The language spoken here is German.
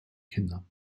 kinder